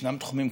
ישנם תחומים,